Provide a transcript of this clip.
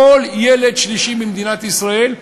כל ילד שלישי במדינת ישראל,